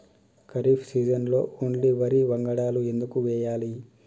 ఖరీఫ్ సీజన్లో ఓన్లీ వరి వంగడాలు ఎందుకు వేయాలి?